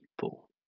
People